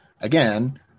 again